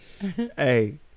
Hey